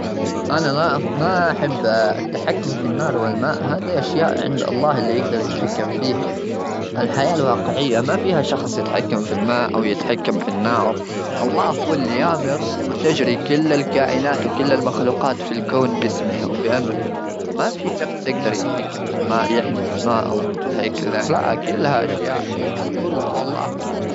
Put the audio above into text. أنا ما-ما أحب التحكم في النار والماء، هذي أشياء عند الله اللي يقدر يتحكم فيها. الحياة الواقعية ما فيها شخص يتحكم في الماء أو يتحكم في النار. الله هو اللي يأمر وتجري كل الكائنات وكل المخلوقات في الكون بأسمه وبأمره. ما في شخص يقدر يتحكم في الماء، يحجز الماء أو هيكذا. لا، كلها أشياء وكله، والله هو اللي يدبر الأمور كلها.